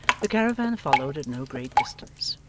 the caravan followed at no great distance.